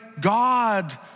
God